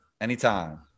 anytime